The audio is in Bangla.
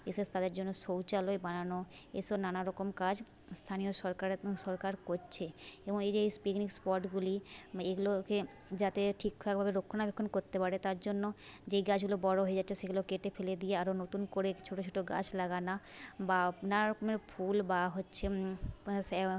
বিশেষ তাদের জন্য শৌচালয় বানানো এসব নানা রকম কাজ স্থানীয় সরকারের সরকার করছে এবং এই যে এই পিকনিক স্পটগুলি এগুলোকে যাতে ঠিকঠাকভাবে রক্ষণাবেক্ষণ করতে পারে তার জন্য যেই গাছগুলো বড় হয়ে যাচ্ছে সেগুলো কেটে ফেলে দিয়ে আরো নতুন করে ছোট ছোট গাছ লাগানো বা নানা রকমের ফুল বা হচ্ছে